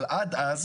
אבל עד אז